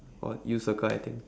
or you circle I think